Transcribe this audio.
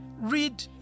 Read